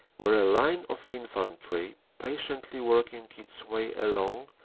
where a line of infantry, patiently walking its way along,